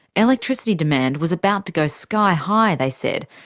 electricity demand was about to go sky high they said,